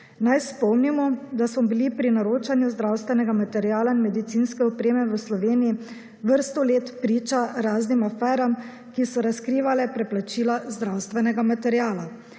Naj spomnimo, da smo bili pri naročanju zdravstvenega materiala in medicinske opreme v Sloveniji vrsto let priča raznim aferam, ki so razkrivale preplačila zdravstvenega materiala.